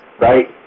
right